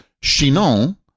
Chinon